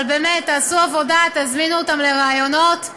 אבל באמת, תעשו עבודה, תזמינו אותן לראיונות.